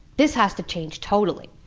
this has to change totally.